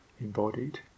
embodied